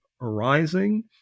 arising